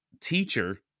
teacher